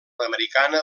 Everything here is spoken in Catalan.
americana